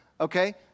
okay